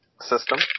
system